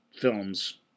films